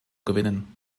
gewinnen